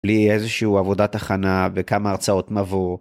‫בלי איזושהי עבודה החנה בכמה הרצאות מבוא.